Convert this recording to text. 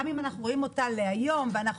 גם אם אנחנו רואים אותה להיום ואנחנו